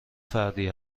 فردی